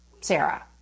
Sarah